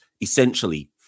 essentially